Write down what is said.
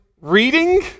reading